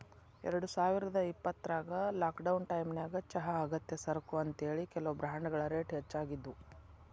ಎರಡುಸಾವಿರದ ಇಪ್ಪತ್ರಾಗ ಲಾಕ್ಡೌನ್ ಟೈಮಿನ್ಯಾಗ ಚಹಾ ಅಗತ್ಯ ಸರಕು ಅಂತೇಳಿ, ಕೆಲವು ಬ್ರಾಂಡ್ಗಳ ರೇಟ್ ಹೆಚ್ಚಾಗಿದ್ವು